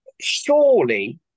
surely